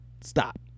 Stop